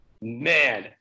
man